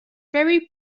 very